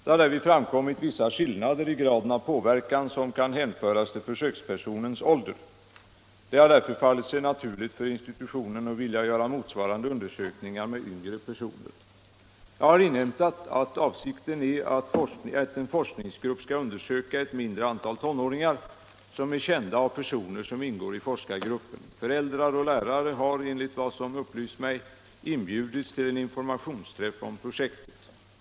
Det har därvid framkommit vissa skillnader i graden av påverkan som kan hänföras till försökspersonens ålder. Det har därför fallit sig naturligt för institutionen att vilja göra motsvarande undersökningar med yngre personer. Jag har inhämtat att avsikten är att en forskningsgrupp skall undersöka ett mindre antal tonåringar, som är kända av personer som ingår i forskargruppen. Föräldrar och lärare har, enligt vad som upplysts mig, inbjudits till en informationsträff om projektet.